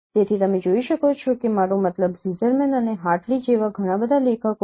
તેથી તમે જોઈ શકો છો કે મારો મતલબ ઝિઝરમેન અને હાર્ટલી જેવા ઘણા બધા લેખકો છે